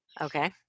Okay